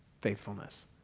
faithfulness